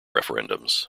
referendums